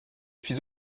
suis